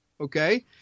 Okay